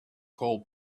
call